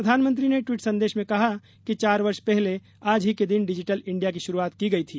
प्रधानमंत्री ने ट्वीट संदेश में कहा कि चार वर्ष पहले आज ही के दिन डिजिटल इंडिया की शुरूआत की गई थी